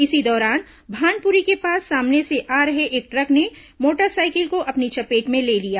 इसी दौरान भानपुरी के पास सामने से आ रहे एक ट्रक ने मोटरसाइकिल को अपनी चपेट में ले लिया